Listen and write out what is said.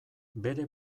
bere